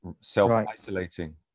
self-isolating